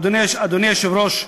אדוני היושב-ראש,